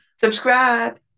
subscribe